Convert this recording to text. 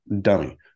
dummy